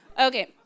Okay